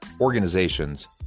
organizations